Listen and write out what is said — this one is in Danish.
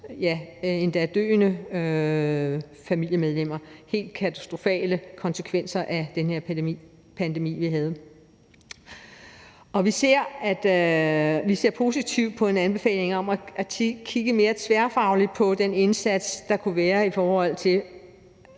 endda døende familiemedlemmer, altså nogle helt katastrofale konsekvenser af den pandemi, vi havde. Og vi ser positivt på en anbefaling om at kigge mere tværfagligt på den indsats, der kunne være, i forhold til